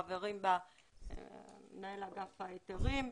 חברים בה מנהל אגף ההיתרים.